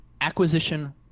Acquisition